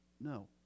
no